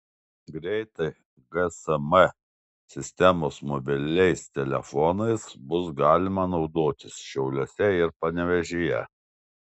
greitai gsm sistemos mobiliais telefonais bus galima naudotis šiauliuose ir panevėžyje